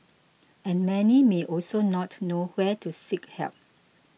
and many may also not know where to seek help